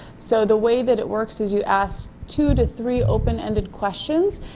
so the way that it works as you asked two to three open-ended questions,